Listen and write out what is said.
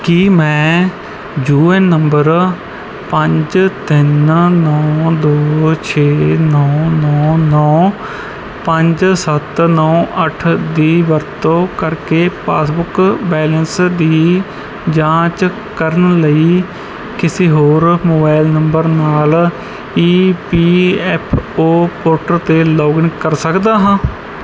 ਕੀ ਮੈਂ U N number ਪੰਜ ਤਿੰਨ ਨੌਂ ਦੋ ਛੇ ਨੌਂ ਨੌਂ ਨੌਂ ਪੰਜ ਸੱਤ ਨੌਂ ਅੱਠ ਦੀ ਵਰਤੋਂ ਕਰਕੇ ਪਾਸਬੁੱਕ ਬੈਲੇਂਸ ਦੀ ਜਾਂਚ ਕਰਨ ਲਈ ਕਿਸੇ ਹੋਰ ਮੋਬਾਈਲ ਨੰਬਰ ਨਾਲ E P F O portal 'ਤੇ ਲੌਗਇਨ ਕਰ ਸਕਦਾ ਹਾਂ